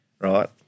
right